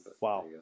Wow